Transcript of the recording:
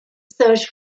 search